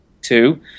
two